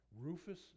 Rufus